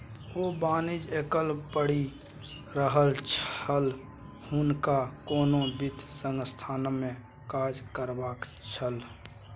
ओ वाणिज्य लकए पढ़ि रहल छल हुनका कोनो वित्त संस्थानमे काज करबाक छल